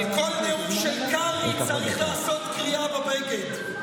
על כל נאום של קרעי צריך לעשות קריעה בבגד.